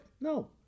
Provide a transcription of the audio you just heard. No